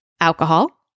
alcohol